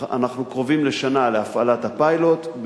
אנחנו קרובים לשנה להפעלת הפיילוט,